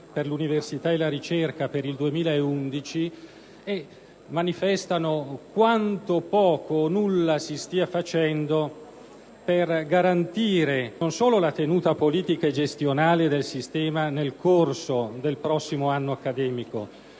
per l'università e la ricerca per il 2011 manifestano quanto poco o nulla si stia facendo per garantire non solo la tenuta politica e gestionale del sistema nel corso del prossimo anno accademico,